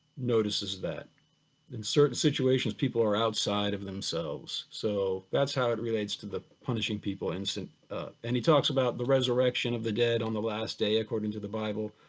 notices that in certain situations people are outside of themselves. so that's how it relates to the punishing people, and and he talks about the resurrection of the dead on the last day, according to the bible,